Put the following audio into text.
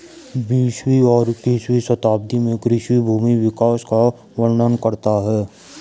बीसवीं और इक्कीसवीं शताब्दी में कृषि भूमि के विकास का वर्णन करता है